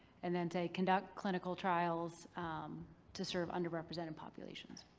and then say, conduct clinical trials to serve underrepresented populations.